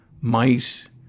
mice